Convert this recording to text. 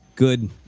good